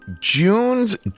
june's